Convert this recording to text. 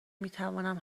میتوانم